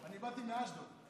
אני באתי מאשדוד.